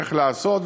איך לעשות.